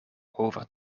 over